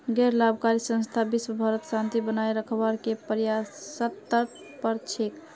गैर लाभकारी संस्था विशव भरत शांति बनए रखवार के प्रयासरत कर छेक